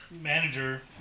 manager